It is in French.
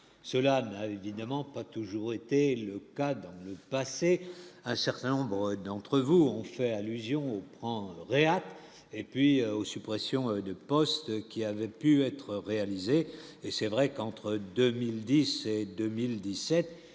cela a eu évidemment pas toujours été le cas dans le passé un certain nombre d'entre vous ont fait allusion prend Real et puis aux suppressions de postes qui avait pu être réalisé et c'est vrai qu'entre 2010 et 2017